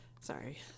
Sorry